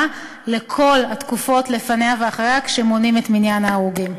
לכל התקופות לפניה ואחריה כשמונים את ההרוגים.